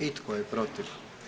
I tko je protiv?